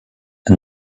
and